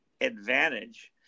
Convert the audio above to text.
advantage